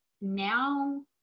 now